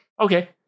okay